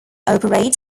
operates